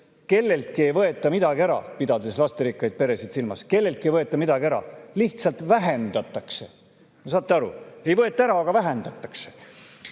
kelleltki ei võeta midagi ära – pidades lasterikkaid peresid silmas –, kelleltki ei võeta midagi ära, lihtsalt vähendatakse. Saate aru – ei võeta ära, aga vähendatakse!